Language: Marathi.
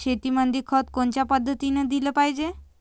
शेतीमंदी खत कोनच्या पद्धतीने देलं पाहिजे?